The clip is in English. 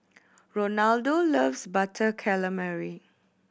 Ronaldo loves Butter Calamari